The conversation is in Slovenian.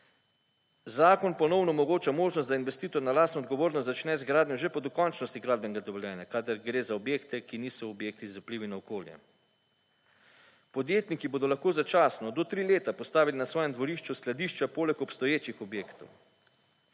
Zakon ponovno omogoča možnost, da investitor na lastno odgovornost začne z gradnjo že po dokončnosti gradbenega dovoljenja kadar gre za objekte, ki niso objekti z vplivi na okolje. Podjetniki bodo lahko začasno do tri leta postavili na svojem dvorišču skladišča poleg obstoječih objektov.